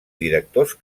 directors